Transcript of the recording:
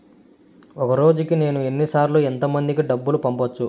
ఒక రోజుకి నేను ఎన్ని సార్లు ఎంత మందికి డబ్బులు పంపొచ్చు?